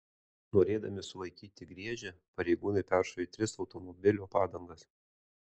norėdami sulaikyti griežę pareigūnai peršovė tris automobilio padangas